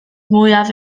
mwyaf